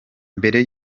mbere